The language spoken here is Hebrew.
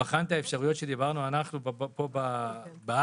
בחן את האפשרויות שדיברנו פה בארץ